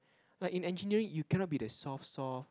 like in engineer you cannot be the soft soft